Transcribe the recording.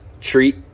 treat